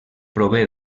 prové